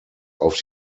auf